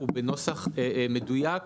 הוא בנוסח מדויק,